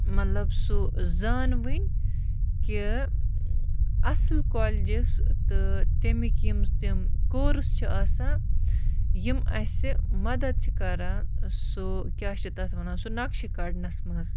مطلب سُہ زانوٕنۍ کہِ اَصٕل کالجِس تہٕ تمِکۍ یِم تِم کورٕس چھِ آسان یِم اَسہِ مَدَت چھِ کَران سُہ کیٛاہ چھِ تَتھ وَنان سُہ نَقشہِ کَڑنَس منٛز